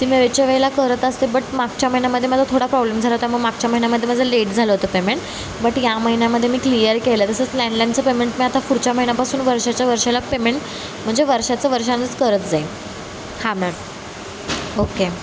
ते मी वेळच्या वेळेला करत असते बट मागच्या महिनामध्ये माझा थोडा प्रॉब्लेम झाला होता मग मागच्या महिन्यामध्ये माझं लेट झालं होतं पेमेंट बट या महिन्यामध्ये मी क्लिअर केलं तसंच लँडलाईनचं पेमेंट मी आता पुढच्या महिन्यापासून वर्षाच्या वर्षाला पेमेंट म्हणजे वर्षाचं वर्षानीच करत जाईन हां मॅम ओके